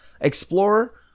Explorer